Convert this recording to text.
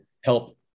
help